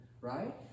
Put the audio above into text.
Right